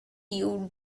you